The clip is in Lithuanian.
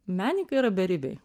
menininkai yra beribiai